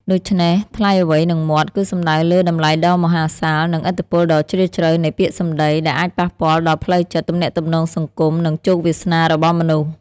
ដូច្នេះ "ថ្លៃអ្វីនឹងមាត់" គឺសំដៅលើ តម្លៃដ៏មហាសាល និងឥទ្ធិពលដ៏ជ្រាលជ្រៅ នៃពាក្យសម្ដី ដែលអាចប៉ះពាល់ដល់ផ្លូវចិត្ត ទំនាក់ទំនងសង្គម និងជោគវាសនារបស់មនុស្ស។